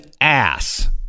ass